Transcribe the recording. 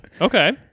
Okay